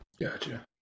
Gotcha